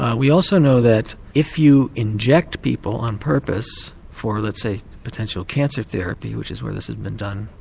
ah we also know that if you inject people on purpose for, let's say, potential cancer therapy, which is where this has been done,